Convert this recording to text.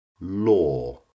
Law